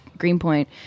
Greenpoint